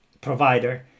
provider